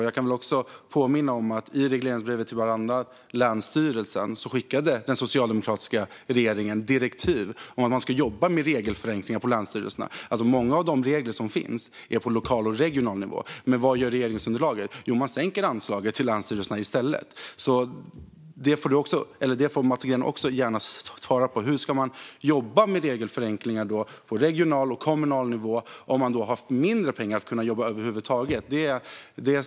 Jag kan också påminna om att i regleringsbrevet till bland annat länsstyrelserna skickade den socialdemokratiska regeringen direktiv om att man ska jobba med regelförenklingar på länsstyrelserna. Många av de regler som finns är på lokal och regional nivå. Men vad gör regeringsunderlaget? Jo, man sänker anslaget till länsstyrelserna i stället. Mats Green får gärna svara på hur man ska jobba med regelförenklingar på regional och kommunal nivå om man har mindre pengar att kunna jobba över huvud taget.